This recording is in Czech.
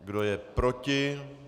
Kdo je proti?